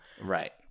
right